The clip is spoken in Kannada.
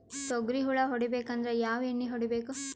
ತೊಗ್ರಿ ಹುಳ ಹೊಡಿಬೇಕಂದ್ರ ಯಾವ್ ಎಣ್ಣಿ ಹೊಡಿಬೇಕು?